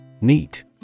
Neat